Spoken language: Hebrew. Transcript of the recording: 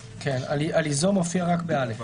ליזום מופיע רק ב-א.